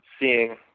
Seeing